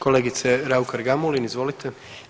Kolegice Raukar Gamulin, izvolite.